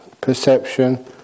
perception